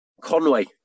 Conway